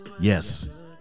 Yes